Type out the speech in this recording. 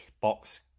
box